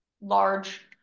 large